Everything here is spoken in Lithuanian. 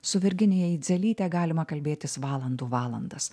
su virginija idzelyte galima kalbėtis valandų valandas